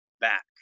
back